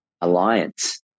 alliance